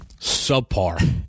subpar